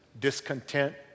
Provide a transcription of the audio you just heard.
discontent